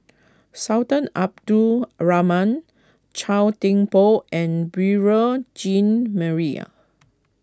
Sultan Abdul Rahman Chua Thian Poh and Beurel Jean Maria